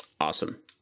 Awesome